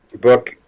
book